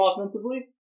offensively